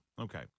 Okay